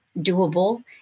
doable